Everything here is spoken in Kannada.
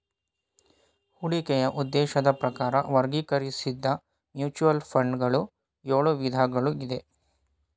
ಹೂಡಿಕೆಯ ಉದ್ದೇಶದ ಪ್ರಕಾರ ವರ್ಗೀಕರಿಸಿದ್ದ ಮ್ಯೂಚುವಲ್ ಫಂಡ್ ಗಳು ಎಳು ವಿಧಗಳು ಇದೆ